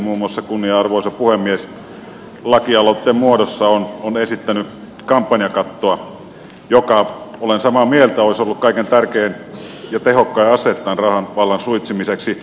muun muassa kunnianarvoisa puhemies lakialoitteen muodossa on esittänyt kampanjakattoa joka olen samaa mieltä olisi ollut kaikkein tärkein ja tehokkain ase tämän rahan vallan suitsimiseksi